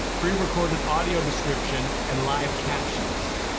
pre-recorded audio description, and live captions.